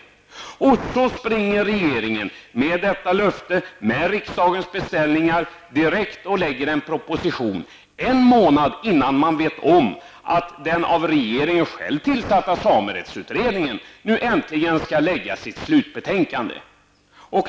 Sedan springer regeringen, med detta löfte och med riksdagens beställningar, direkt och lägger fram en proposition en månad innan den av regeringen själv tillsatta samerättsutredningen nu äntligen skall lägga fram sitt slutbetänkande.